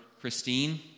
Christine